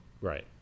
right